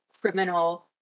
criminal